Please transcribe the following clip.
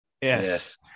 Yes